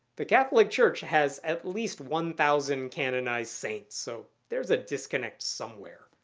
the catholic church has at least one thousand canonized saints. so there's a disconnect somewhere.